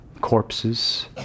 Corpses